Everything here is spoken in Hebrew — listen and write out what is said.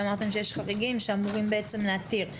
שאמרתם שיש חריגים שאמורים בעצם להתיר.